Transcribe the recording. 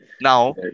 Now